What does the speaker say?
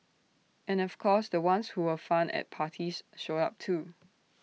and of course the ones who were fun at parties showed up too